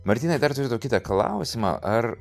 martynai dar turiu tau kitą klausimą ar